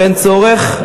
ואין צורך.